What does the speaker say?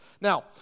Now